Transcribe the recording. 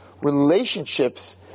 relationships